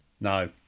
No